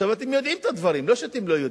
עכשיו, אתם יודעים את הדברים, לא שאתם לא יודעים.